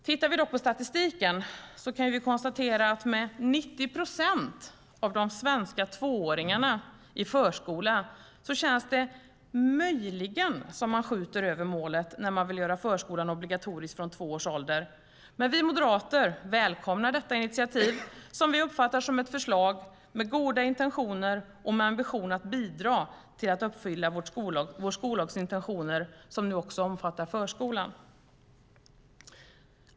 Tittar vi på statistiken kan vi konstatera att med 90 procent av de svenska tvååringarna i förskola känns det möjligen som att man skjuter över målet när man vill göra förskolan obligatorisk från två års ålder. Men vi moderater välkomnar detta initiativ, som vi uppfattar som ett förslag med goda intentioner och med ambition att bidra till att uppfylla vår skollags intentioner, som nu också omfattar förskolan.